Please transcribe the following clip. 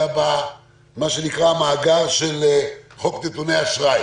אלא במה שנקרא מאגר של חוק נתוני אשראי